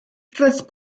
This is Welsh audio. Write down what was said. roedd